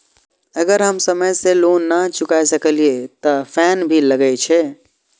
अगर हम समय से लोन ना चुकाए सकलिए ते फैन भी लगे छै?